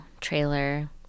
trailer